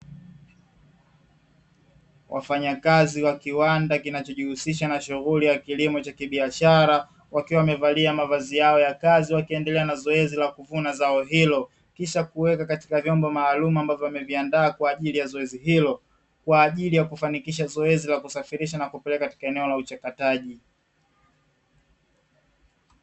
Wafanyakazi wa kiwanda kinachojihusisha na shughuli ya kilimo cha kibiashara, wakiwa wamevalia mavazi yao ya kazi, wakiendelea na zoezi la kuvuna zao hilo, kisha kuweka katika vyombo maalumu ambavyo wameviandaa kwa ajili ya zoezi hilo, likiwa kwa ajili ya kufanikisha zoezi la kusafirisha na kupeleka katika eneo la uchakataji.